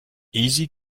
easy